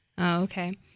okay